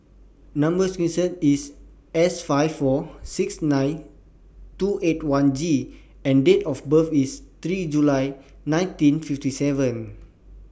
Number sequence IS S five four six nine two eight one G and Date of birth IS three July nineteen fifty seven